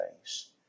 face